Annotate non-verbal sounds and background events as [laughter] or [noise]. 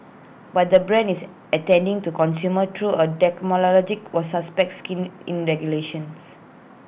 but the brand is attending to consumer through A [unintelligible] was suspect skin in regulations